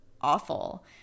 awful